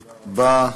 תודה רבה,